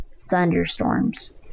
thunderstorms